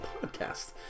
Podcast